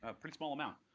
ah pretty small amount.